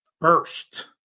first